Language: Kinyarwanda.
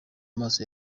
amaso